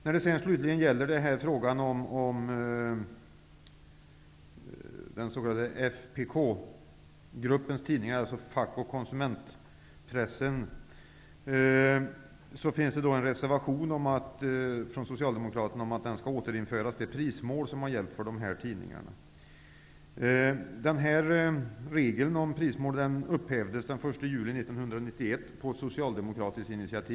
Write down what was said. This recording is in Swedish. När det slutligen gäller frågan om den s.k. FKP gruppens tidningar, dvs fack och konsumentpressen, finns det en reservation från Socialdemokraterna om att det prismål som har gällt för dessa tidningar skall återinföras. Regeln om prismål upphävdes den 1 juli 1991 på socialdemokratiskt initiativ.